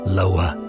lower